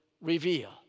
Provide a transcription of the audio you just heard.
reveal